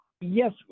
yes